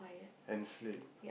and sleep